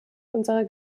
unserer